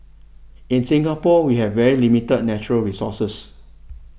in Singapore we have very limited natural resources